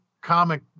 comic